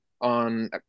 on